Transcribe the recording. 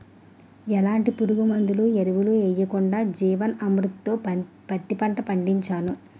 ఎలాంటి పురుగుమందులు, ఎరువులు యెయ్యకుండా జీవన్ అమృత్ తో పత్తి పంట పండించాను